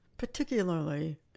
Particularly